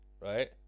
right